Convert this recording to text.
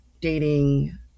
dating